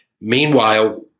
Meanwhile